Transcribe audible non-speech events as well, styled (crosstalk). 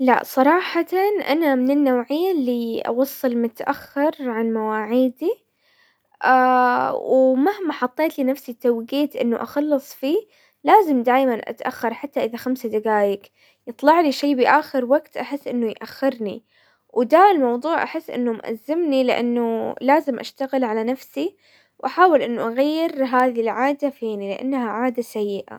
لا صراحة انا من النوعية اللي اوصل متأخر عن مواعيدي، (hesitation) ومهما حطيت لنفسي توقيت انه اخلص فيه لازم دايما اتأخر حتى اذا خمسة دقايق، يطلع لي شي باخر وقت احس انه يأخرني، وده الموضوع احس انه مأزمني لانه لازم اشتغل على نفسي واحاول انه اغير هذي العادة فيني لانها عادة سيئة.